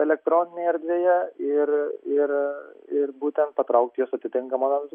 elektroninėje erdvėje ir ir ir būtent patraukti juos atitinkamon atsakomybėn